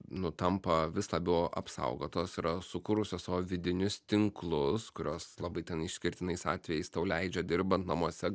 nu tampa vis labiau apsaugotos yra sukūrusios savo vidinius tinklus kurios labai ten išskirtinais atvejais tau leidžia dirbant namuose